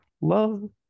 love